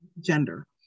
gender